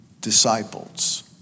disciples